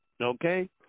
okay